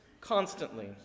constantly